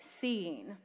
seeing